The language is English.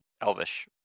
Elvish